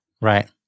Right